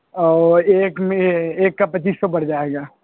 اور ایک ایک کا پچیس سو پڑ جائے گا